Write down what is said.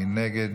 מי נגד?